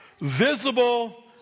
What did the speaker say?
visible